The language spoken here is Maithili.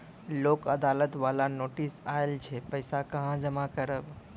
लोक अदालत बाला नोटिस आयल छै पैसा कहां जमा करबऽ?